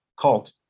cult